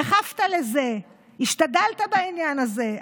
דחפת לזה, השתדלת בעניין הזה.